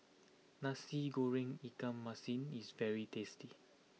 Nasi Goreng Ikan Masin is very tasty